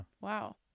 Wow